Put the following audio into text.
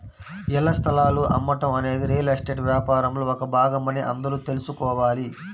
ఇళ్ల స్థలాలు అమ్మటం అనేది రియల్ ఎస్టేట్ వ్యాపారంలో ఒక భాగమని అందరూ తెల్సుకోవాలి